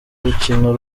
rukino